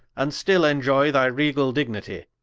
and still enioy thy regall dignity